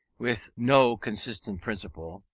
with no consistent principle,